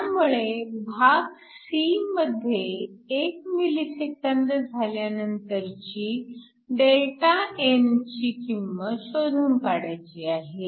त्यामुळे भाग c मध्ये 1 mS झाल्यानंतरची Δn ची किंमत शोधून काढायची आहे